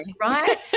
Right